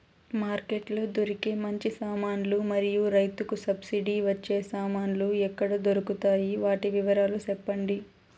Market లో దొరికే మంచి సామాన్లు మరియు రైతుకు సబ్సిడి వచ్చే సామాన్లు ఎక్కడ దొరుకుతాయి? వాటి వివరాలు సెప్పండి?